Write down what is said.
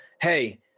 hey